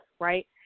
right